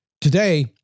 Today